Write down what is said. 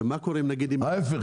ההפך,